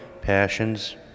passions